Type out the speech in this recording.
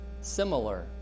similar